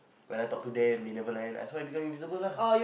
when I talk to them they never learn that's why I become invisible lah